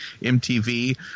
MTV